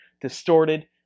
distorted